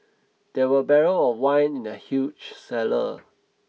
there were barrel of wine in the huge cellar